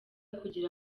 kugira